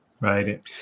right